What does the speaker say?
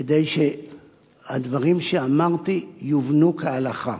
כדי שהדברים שאמרתי יובנו כהלכה.